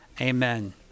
amen